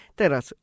teraz